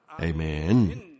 Amen